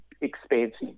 expansive